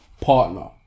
partner